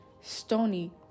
stony